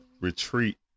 retreat